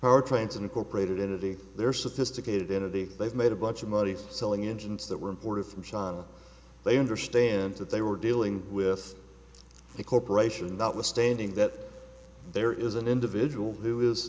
power trains incorporated into the their sophisticated entity they've made a bunch of money selling engines that were imported from china they understand that they were dealing with the corporation not withstanding that there is an individual who is